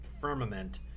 firmament